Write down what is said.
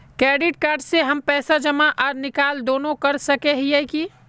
Credit card से हम पैसा जमा आर निकाल दोनों कर सके हिये की?